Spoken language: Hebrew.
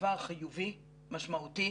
דבר חיובי, משמעותי.